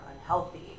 unhealthy